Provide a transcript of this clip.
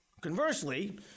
Conversely